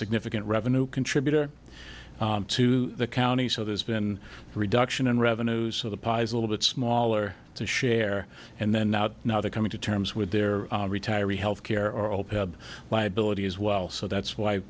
significant revenue contributor to the county so there's been a reduction in revenues so the pis a little bit smaller to share and then out now they're coming to terms with their retiree health care or all peb liability as well so that's why